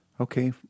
Okay